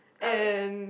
and